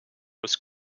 was